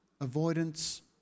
Avoidance